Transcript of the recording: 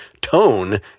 tone